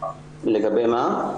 לגבי מה?